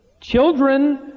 Children